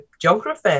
geography